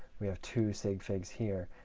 we have to save figs here.